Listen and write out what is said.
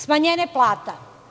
Smanjenje plata.